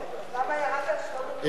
אז למה ירדת על שלמה מולה והכתיבה?